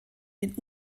den